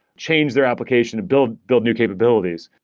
change their application to build build new capabilities.